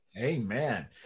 amen